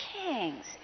kings